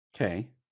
Okay